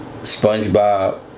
SpongeBob